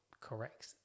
correct